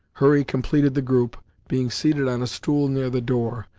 hurry completed the group, being seated on a stool near the door,